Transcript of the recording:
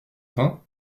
fin